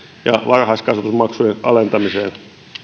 ja varhaiskasvatusmaksujen alentamiseen